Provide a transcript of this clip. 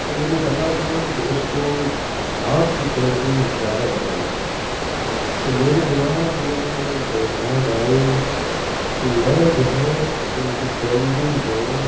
تو مجھے پتا تھا کہ اس کو ہاتھ کی پینٹنگ زیادہ پسند ہے تو میرے دماغ میں ایک بات آئی کہ میں جو ہے ان کی پینٹنگ کو